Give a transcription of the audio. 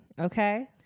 okay